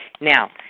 Now